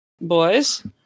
boys